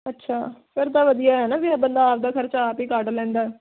ਅੱਛਾ ਫਿਰ ਤਾਂ ਵਧੀਆ ਹੈ ਨਾ ਵੀ ਉਹ ਬੰਦਾ ਆਪਣਾ ਖਰਚਾ ਆਪ ਹੀ ਕੱਢ ਲੈਂਦਾ